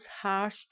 harsh